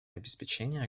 обеспечения